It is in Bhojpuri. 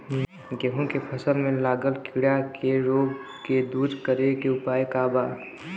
गेहूँ के फसल में लागल कीड़ा के रोग के दूर करे के उपाय का बा?